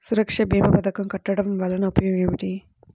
సురక్ష భీమా పథకం కట్టడం వలన ఉపయోగం ఏమిటి?